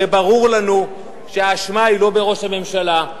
הרי ברור לנו שהאשמה היא לא בראש הממשלה,